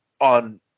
on